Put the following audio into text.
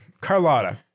Carlotta